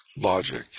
logic